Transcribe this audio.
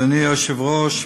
אדוני היושב-ראש,